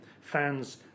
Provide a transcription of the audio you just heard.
fans